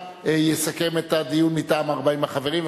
יסכם את הדיון מטעם 40 החברים,